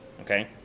okay